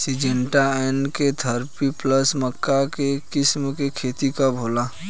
Syngenta NK thirty plus मक्का के किस्म के खेती कब होला?